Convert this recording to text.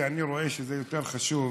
כי אני רואה שזה יותר חשוב